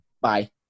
Bye